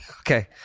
Okay